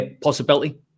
possibility